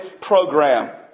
program